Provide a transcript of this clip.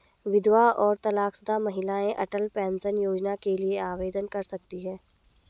विधवा और तलाकशुदा महिलाएं अटल पेंशन योजना के लिए आवेदन कर सकती हैं